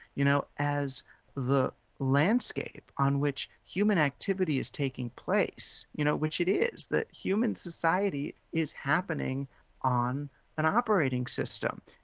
you know, as the landscape on which human activity is taking place, you know which it is, that human society is happening on an operating system.